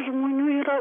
žmonių yra